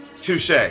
touche